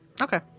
Okay